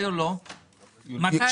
זאת